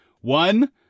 One